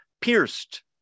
pierced